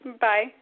Bye